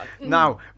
Now